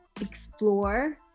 explore